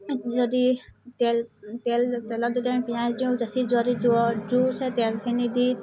যদি তেল তেল তেলত যদি আমি পিঁয়াজ দিওঁ যদি জোৰকৈ তেলখিনি দি